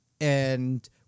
and-